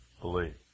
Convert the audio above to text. believe